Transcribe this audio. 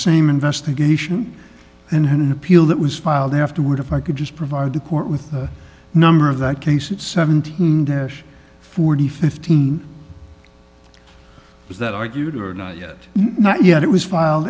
same investigation and had an appeal that was filed afterward if i could just provide the court with the number of that case it's seventeen dash four thousand and fifteen is that argued or not yet not yet it was file